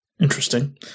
interesting